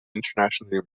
internationally